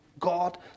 God